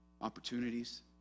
opportunities